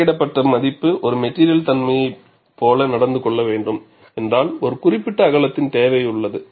கணக்கிடப்பட்ட மதிப்பு ஒரு மெட்டிரியல் தன்மையை போல நடந்து கொள்ள வேண்டும் என்றால் ஒரு குறிப்பிட்ட அகலத்தின் தேவை உள்ளது